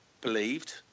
believed